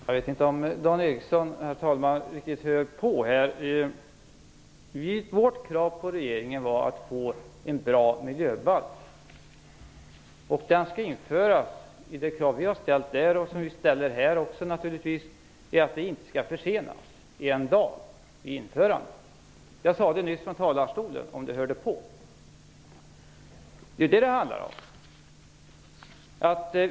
Herr talman! Jag vet inte om Dan Ericsson riktigt hör på här. Vårt krav på regeringen var att få en bra miljöbalk. I det krav som vi ställt ingår att införandet av den inte skall försenas en dag. Jag sade det nyss från talarstolen. Det är vad det handlar om.